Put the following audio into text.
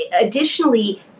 additionally